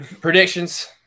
Predictions